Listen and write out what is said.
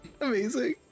amazing